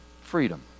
freedom